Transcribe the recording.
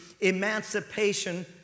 emancipation